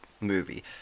movie